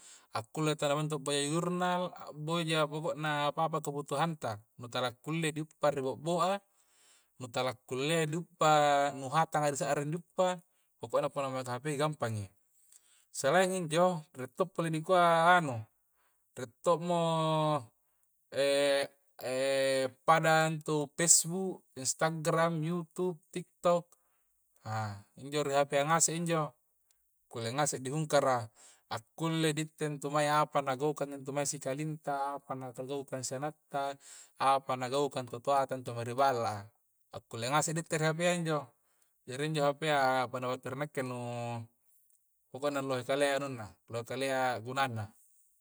Akulle tala maeng intu boja jurnal, a boja pokokna apapa kebutuhanta nu tala kulle di guppa ri bo'boa nu talla kulle i di uppa nuhatanga di sa'ring di uppa pokokna pole alamat hape gampangi selain injo rie to pole dikua nganu rie to mo e pada intu pesbuk, instagram, yutup, tiktok a injo ri hape a ngaseng injo kulle ngase i dihungkara akulle di itte intu mae apa na gaukang intu mae sikalinta apa na kagaukang sianatta apa nakaukang to toanta intu ri balla a akulle ngase di itte ri hapea injo jari injo hapea punna ri nakke nu lohe kalea anunna lohe kalea guannana.